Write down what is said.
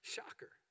Shocker